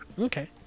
Okay